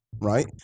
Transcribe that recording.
right